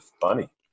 funny